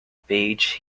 page